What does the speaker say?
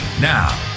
Now